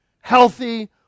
healthy